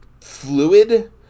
fluid